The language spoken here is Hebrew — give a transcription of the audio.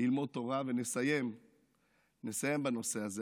ללמוד תורה, ונסיים בנושא הזה.